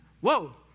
Whoa